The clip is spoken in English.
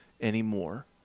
anymore